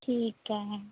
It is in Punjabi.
ਠੀਕ ਹੈ